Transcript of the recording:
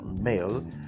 male